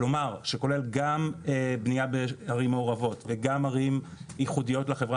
כלומר שכולל גם בניה בערים מעורבות וגם ערים ייחודיות לחברה